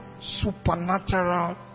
supernatural